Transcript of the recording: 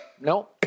No